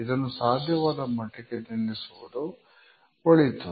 ಇದನ್ನು ಸಾಧ್ಯವಾದ ಮಟ್ಟಿಗೆ ನಿಲ್ಲಿಸುವುದು ಒಳಿತು